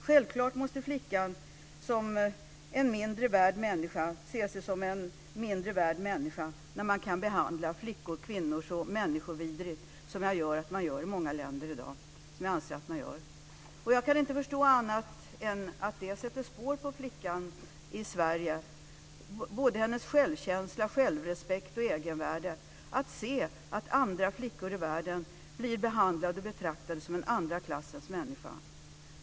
Självklart måste flickan se sig som en mindre värd människa, när man kan behandla flickor och kvinnor så människovidrigt som jag anser att man gör i många länder i dag. Jag kan inte förstå annat än att det sätter spår på flickan i Sverige, på hennes självkänsla, självrespekt och egenvärde, att se andra flickor i världen blir behandlade och betraktade som en andra klassens människa.